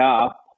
up